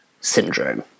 syndrome